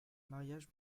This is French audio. mariage